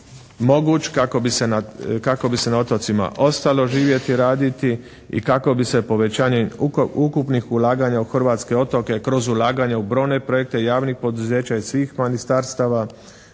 moguć, kako bi se na otocima ostalo živjeti i raditi i kako bi se povećanjem ukupnih ulaganja u hrvatske otoke kroz ulaganja u brojne projekte javnih poduzeća i svih ministarstava